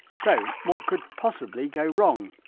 so, what could possibly go wrong?